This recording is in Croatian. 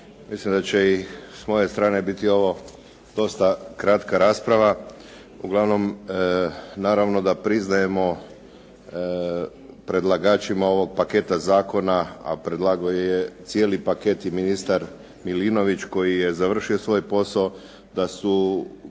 Mislim da će i s moje strane biti ovo dosta kratka rasprava. Uglavnom naravno da priznajemo predlagačima ovog paketa zakona, a predlagao je cijeli paket i ministar Milinović koji je završio svoj posao da su